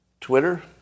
Twitter